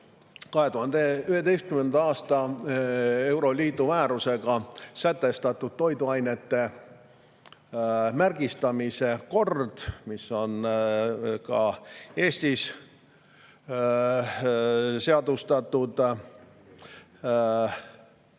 2011. aasta euroliidu määrusega sätestatud toiduainete märgistamise kord, mis on ka Eestis seadustatud,